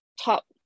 top